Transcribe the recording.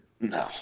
No